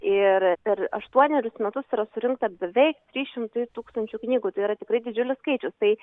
ir per aštuonerius metus yra surinkta beveik trys šimtai tūkstančių knygų tai yra tikrai didžiulis skaičius tai